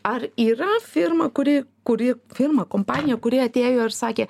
ar yra firma kuri kuri firma kompanija kuri atėjo ir sakė